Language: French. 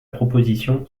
proposition